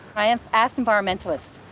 i have asked environmentalists,